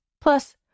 Plus